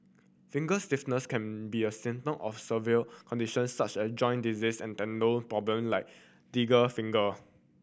finger stiffness can be a symptom of several conditions such as joint disease and tendon problem like finger